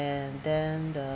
and then the